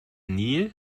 nil